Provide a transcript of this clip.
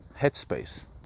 headspace